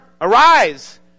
arise